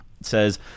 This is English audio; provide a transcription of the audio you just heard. says